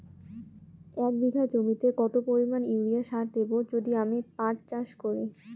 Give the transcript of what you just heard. এক বিঘা জমিতে কত পরিমান ইউরিয়া সার দেব যদি আমি পাট চাষ করি?